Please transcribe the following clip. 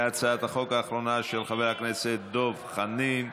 להצעת החוק האחרונה, של חבר הכנסת דב חנין.